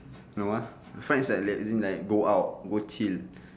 no ah friend is like as in like go out go chill